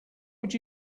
would